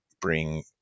bring